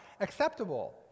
acceptable